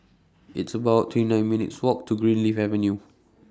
It's about twenty nine minutes' Walk to Greenleaf Avenue